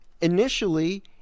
initially